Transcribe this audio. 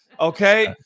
Okay